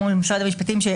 גם מול משרד המשפטים,